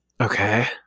Okay